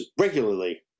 regularly